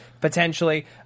potentially